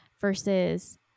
versus